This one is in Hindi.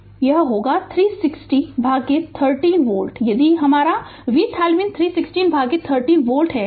Refer Slide Time 1515 यह होगा 360 भागित 13 वोल्ट यानी हमारा VThevenin 360 भागित 13 वोल्ट